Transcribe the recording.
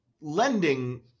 lending